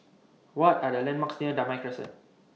What Are The landmarks near Damai Crescent